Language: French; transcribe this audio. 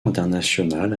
internationale